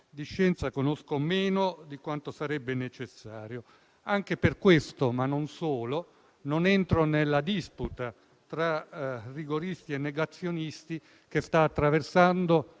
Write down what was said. di scienza conosco meno di quanto sarebbe necessario. Anche per questo, ma non solo, non entro nella disputa tra rigoristi e negazionisti che sta attraversando